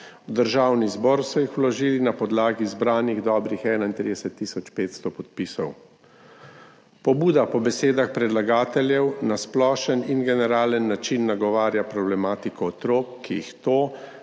V Državni zbor so jih vložili na podlagi zbranih dobrih 31 tisoč 500 podpisov. Pobuda po besedah predlagateljev na splošen in generalen način nagovarja problematiko otrok, ki jih to,